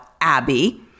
Abby